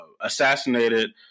assassinated